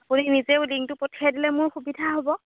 আপুনি নিজেও লিংকটো পঠিয়াই দিলে মোৰ সুবিধা হ'ব